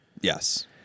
Yes